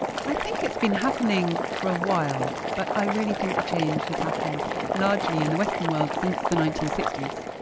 i think it's been happening for a while but i really think the change has happened largely in the western world since the nineteen sixty s.